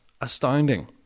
astounding